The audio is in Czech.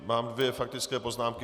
Mám dvě faktické poznámky.